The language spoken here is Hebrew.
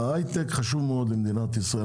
ההיי-טק חשוב מאוד למדינת ישראל,